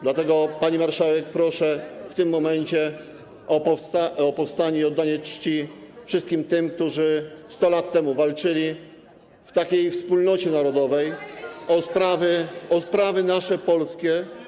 Dlatego, pani marszałek, proszę w tym momencie o powstanie, oddanie czci wszystkim tym, którzy 100 lat temu walczyli w takiej wspólnocie narodowej o sprawy nasze, polskie.